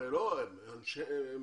הם